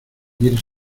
mires